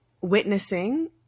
witnessing